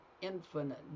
infinite